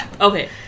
Okay